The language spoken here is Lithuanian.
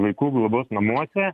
vaikų globos namuose